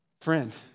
Friend